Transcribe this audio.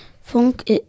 Funk